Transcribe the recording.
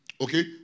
Okay